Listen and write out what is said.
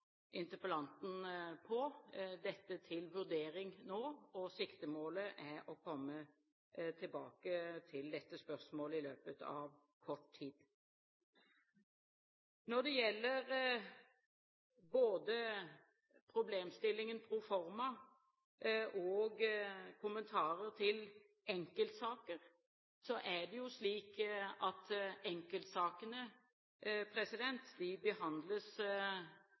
interpellanten på – dette til vurdering nå. Siktemålet er å komme tilbake til dette spørsmålet i løpet av kort tid. Når det gjelder både problemstillingen proforma og kommentarer til enkeltsaker, er det slik at enkeltsakene